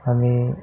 आणि